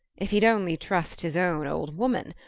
if he'd only trust his own old woman!